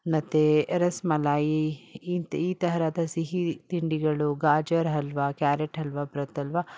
ಮತ್ತೆ ರಸ್ಮಲಾಯಿ ಇಂಥ ಈ ತರಹದ ಸಿಹಿ ತಿಂಡಿಗಳು ಗಾಜರ್ ಹಲ್ವ ಕ್ಯಾರೆಟ್ ಹಲ್ವ ಬರುತ್ತಲ್ವ